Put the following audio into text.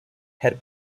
had